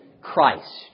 Christ